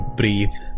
breathe